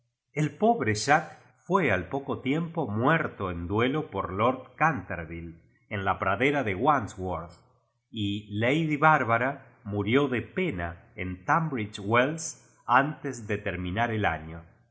pobre jack fué al poco tiempo muerto cu duelo por lord cantervtue en la pradera de wandsworth y lady bárbara murió de pena en tumbridge welss antea de terminar el año